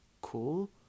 cool